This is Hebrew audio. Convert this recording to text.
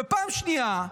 ופעם שנייה,